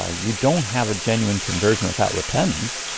ah you don't have a genuine conversion without repentance.